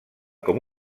com